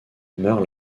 meurt